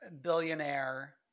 billionaire